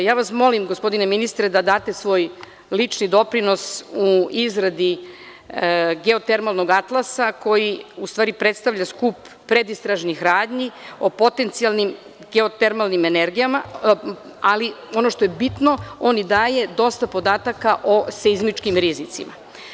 Molim vas, gospodine ministre da date svoj lični doprinos u izradi geotermalnog atlasa koji u stvari predstavlja skup predistražnih radnji o potencijalnim geotermalnim energijama, ali ono što je bitno on daje dosta podataka o seizmičkim rizicima.